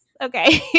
Okay